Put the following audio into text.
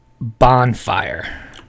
bonfire